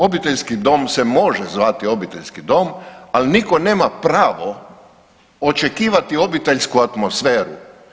Obiteljski dom se može zvati obiteljski dom, ali nitko nema pravo očekivati obiteljsku atmosferu.